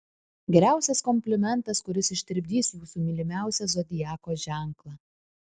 geriausias komplimentas kuris ištirpdys jūsų mylimiausią zodiako ženklą